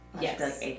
Yes